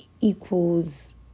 equals